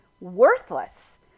worthless